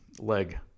leg